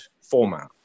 format